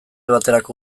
baterako